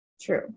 True